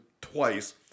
twice